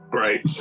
Great